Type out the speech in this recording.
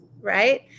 right